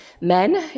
Men